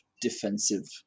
defensive